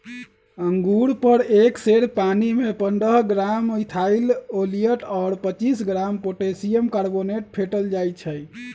अंगुर पर एक सेर पानीमे पंडह ग्राम इथाइल ओलियट और पच्चीस ग्राम पोटेशियम कार्बोनेट फेटल जाई छै